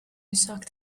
sucked